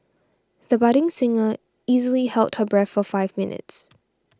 the budding singer easily held her breath for five minutes